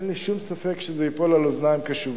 אין לי שום ספק שזה ייפול על אוזניים קשובות.